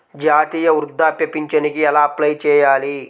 జాతీయ వృద్ధాప్య పింఛనుకి ఎలా అప్లై చేయాలి?